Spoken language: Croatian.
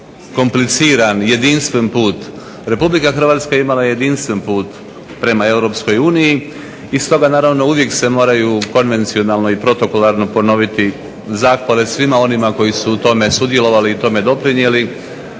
kompliciran, jedinstven put. Republika Hrvatska je imala jedinstven put prema Europskoj uniji i stoga naravno uvijek se moraju konvencionalno i protokolarno ponoviti zahvale svima onima koji su u tome sudjelovali i tome doprinijeli.